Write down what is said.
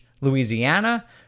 Louisiana